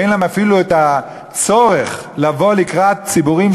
ואין להם אפילו צורך לבוא לקראת ציבורים